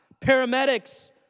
paramedics